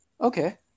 okay